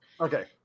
okay